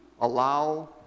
allow